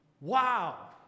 Wow